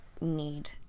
need